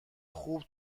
خوب